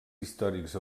històrics